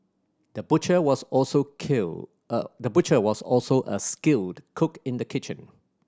the butcher was also kill the butcher was also a skilled cook in the kitchen